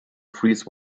freeze